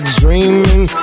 dreaming